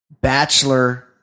bachelor